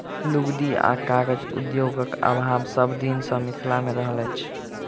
लुगदी आ कागज उद्योगक अभाव सभ दिन सॅ मिथिला मे रहल अछि